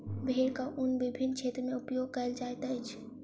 भेड़क ऊन विभिन्न क्षेत्र में उपयोग कयल जाइत अछि